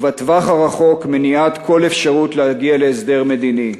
ובטווח הרחוק, מניעת כל אפשרות להגיע להסדר מדיני.